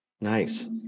nice